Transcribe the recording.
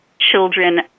children